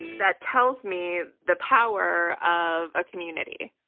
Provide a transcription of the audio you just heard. that tells me the power of a community.